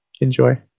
enjoy